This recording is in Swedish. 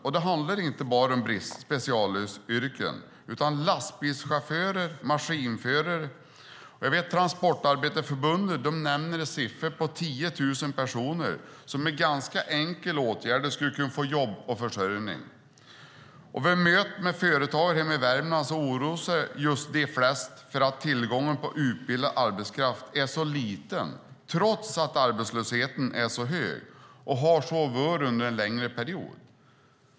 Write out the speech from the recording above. Och det handlar inte bara om specialyrken utan också om lastbilschaufförer och maskinförare. Transportarbetareförbundet nämner att 10 000 personer med ganska enkla åtgärder skulle kunna få jobb och försörjning. Vid möten med företagare hemma i Värmland säger de flesta att de oroar sig för att tillgången på utbildad arbetskraft är så liten, trots att arbetslösheten är så hög och har så varit under en längre period.